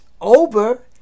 over